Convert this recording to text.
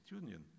Union